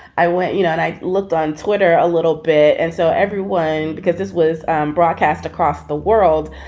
i went, you know, and i looked on twitter a little bit. and so everyone, because this was broadcast across the world,